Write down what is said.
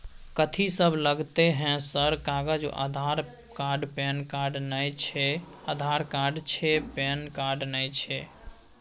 कथि सब लगतै है सर कागज आधार कार्ड पैन कार्ड नए छै आधार कार्ड छै पैन कार्ड ना छै?